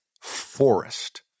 Forest